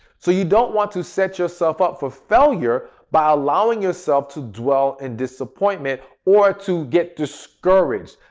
so, you don't want to set yourself up for failure by allowing yourself to dwell in disappointment or to get discouraged.